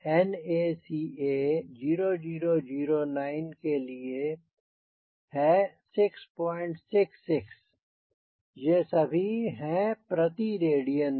CL alpha NACA 0009 के लिए है 666 ये सभी हैं प्रति रेडियन में